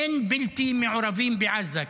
אין בלתי-מעורבים בעזה,